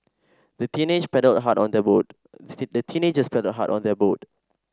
the teenagers paddled hard on their boat the teenagers paddled hard on their boat